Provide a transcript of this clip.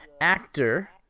actor